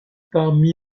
parmi